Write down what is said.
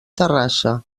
terrassa